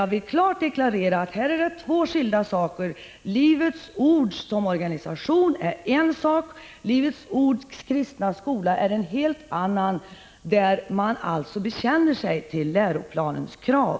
Jag vill klart deklarera att det här är fråga om två skilda saker — Livets ord som organisation är en sak, och Livets ords kristna skola är en helt annan sak. Denna skola bekänner sig till läroplanens krav.